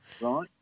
right